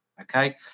Okay